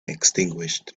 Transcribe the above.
extinguished